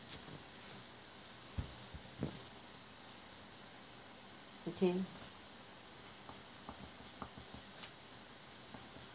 okay